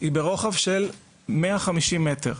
היא ברוחב של 150 מטר.